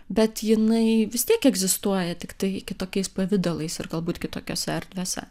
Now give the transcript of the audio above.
bet jinai vis tiek egzistuoja tiktai kitokiais pavidalais ir galbūt kitokiose erdvėse